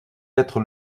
être